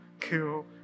kill